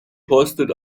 hoisted